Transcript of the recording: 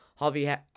Javi